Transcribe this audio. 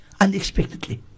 unexpectedly